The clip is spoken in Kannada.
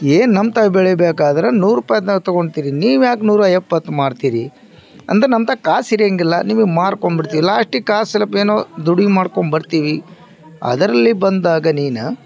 ಏನು ನಮ್ತಾಗೆ ಬೆಳಿಬೇಕಾದ್ರೆ ನೂರು ರೂಪಾಯ್ದು ತಗೊತೀರಿ ನೀವ್ಯಾಕೆ ನೂರ ಎಪ್ಪತ್ತು ಮಾರ್ತೀರಿ ಅಂದ್ರೆ ನಮ್ತಾಗೆ ಕಾಸು ಇರೋಂಗಿಲ್ಲ ನೀವೆ ಮಾರ್ಕೊಂಬಿಡ್ತಿರಿ ಲಾಸ್ಟಿಗೆ ಕಾಸು ಸ್ವಲ್ಪ ಏನೋ ದುಡಿಮೆ ಮಾಡ್ಕೊಂಡುಬರ್ತೀವಿ ಅದರಲ್ಲಿ ಬಂದಾಗ ನೀನು